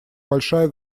большая